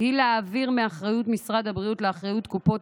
היא להעביר מאחריות משרד הבריאות לאחריות קופות